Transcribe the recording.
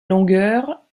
longueur